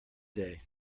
day